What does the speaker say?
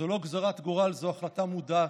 זו לא גזרת גורל, זו החלטה מודעת.